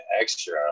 extra